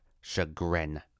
chagrin